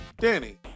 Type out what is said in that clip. Danny